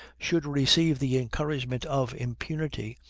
should receive the encouragement of impunity,